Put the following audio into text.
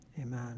amen